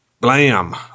blam